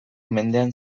mendean